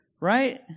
right